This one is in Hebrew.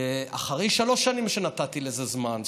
אחרי שלוש שנים שנתתי לזה זמן,